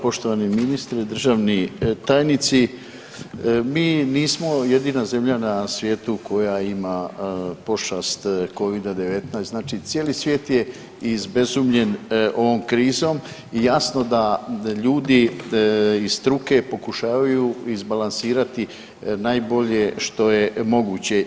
Poštovani ministre, državni tajnici, mi nismo jedina zemlja na svijetu koja ima pošast Covida-19, znači cijeli svijet je izbezumljen ovom krizom i jasno da ljudi iz struke pokušavaju izbalansirati najbolje što je moguće.